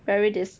very dis~